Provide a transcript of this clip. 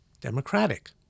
Democratic